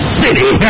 city